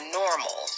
normal